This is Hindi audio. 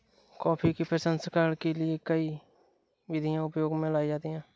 कॉफी के प्रसंस्करण के लिए कई विधियां प्रयोग में लाई जाती हैं